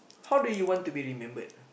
how do you want to be remembered